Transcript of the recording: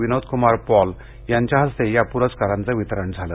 विनोद कुमार पॉल यांच्या हस्ते या पूरस्कारांचं वितरण झालं